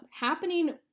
happening